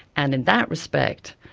and in that respect,